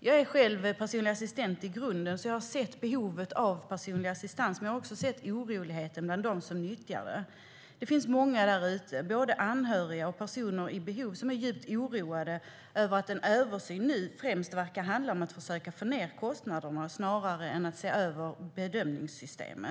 Jag är själv personlig assistent i grunden, så jag har sett behovet av personlig assistans. Men jag har också sett oron bland dem som nyttjar det. Det finns många där ute, både anhöriga och personer med behov, som är djupt oroade över att en översyn nu främst verkar handla om att försöka få ned kostnaderna snarare än om att se över bedömningssystemet.